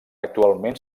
actualment